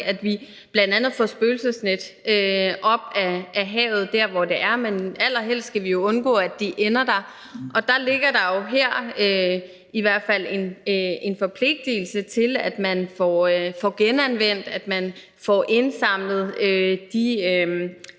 at vi bl.a. får spøgelsesnet op af havet der, hvor det er, men allerhelst skal vi jo undgå, at de ender der, og her ligger der jo i hvert fald en forpligtigelse til, at man får genanvendt og at man får indsamlet de